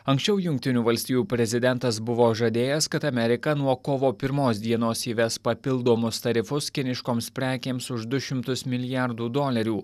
anksčiau jungtinių valstijų prezidentas buvo žadėjęs kad amerika nuo kovo pirmos dienos įves papildomus tarifus kiniškoms prekėms už du šimtus milijardų dolerių